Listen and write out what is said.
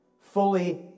fully